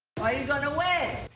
got away.